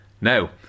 Now